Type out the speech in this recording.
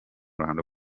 ruhando